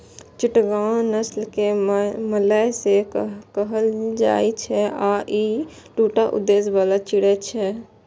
चिटगांव नस्ल कें मलय सेहो कहल जाइ छै आ ई दूटा उद्देश्य बला चिड़ै छियै